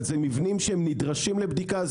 אבל אלה מבנים שנדרשים לבדיקה.